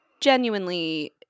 genuinely